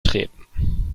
treten